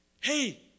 hey